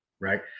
right